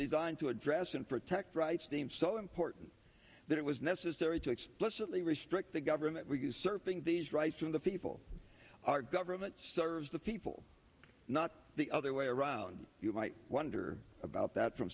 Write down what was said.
designed to address protect rights seems so important that it was necessary to explicitly restrict the government usurping these rights of the people our government serves the people not the other way around you might wonder about that from